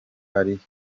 ariko